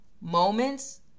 moments